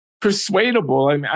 persuadable